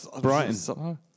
Brighton